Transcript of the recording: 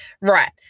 right